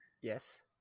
Yes